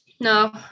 No